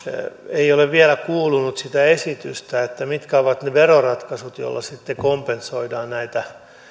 ei ole vielä kuulunut sitä esitystä mitkä ovat ne veroratkaisut joilla sitten kompensoidaan näitä